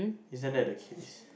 isn't that the case